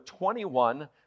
21